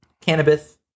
cannabis